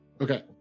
Okay